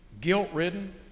guilt-ridden